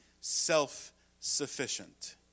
self-sufficient